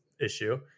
issue